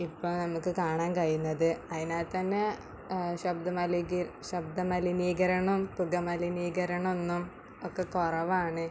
ഇപ്പോൾ നമുക്ക് കാണാൻ കഴിയുന്നത് അതിനകത്ത് തന്നെ ശബ്ദ മലികി ശബ്ദ് മലിനീകരണം പുക മലിനീകരണം ഒന്നും ഒക്കെ കുറവാണ്